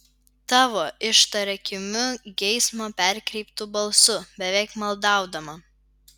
tavo ištaria kimiu geismo perkreiptu balsu beveik maldaudama